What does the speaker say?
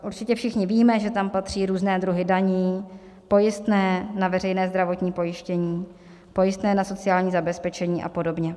Určitě všichni víme, že tam patří různé druhy daní, pojistné na veřejné zdravotní pojištění, pojistné na sociální zabezpečení apod.